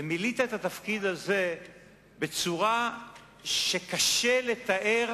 ומילאת את התפקיד הזה בצורה שקשה לתאר